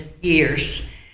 years